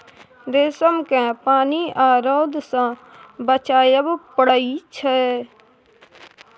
रेशम केँ पानि आ रौद सँ बचाबय पड़इ छै